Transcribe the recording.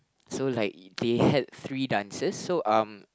so like they had three dancers so um